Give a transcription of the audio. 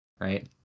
right